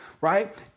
right